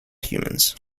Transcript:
humans